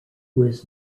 was